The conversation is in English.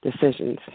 decisions